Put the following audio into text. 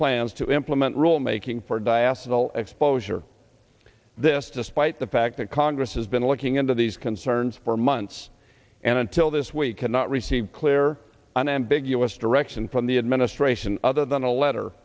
plans to implement rulemaking for diastole exposure this despite the fact that congress has been looking into these concerns for months and until this week cannot receive clear unambiguous direction from the administration other than a letter